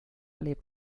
lebt